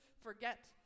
forget